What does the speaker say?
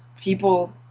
people